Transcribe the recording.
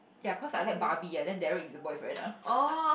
ya cause I like Barbie ah then Derrick is her boyfriend ah